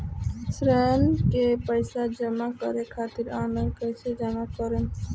ऋण के पैसा जमा करें खातिर ऑनलाइन कइसे जमा करम?